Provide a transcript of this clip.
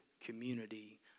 community